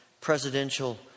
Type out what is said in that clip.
presidential